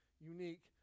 unique